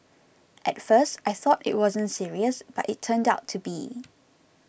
at first I thought it wasn't serious but it turned out to be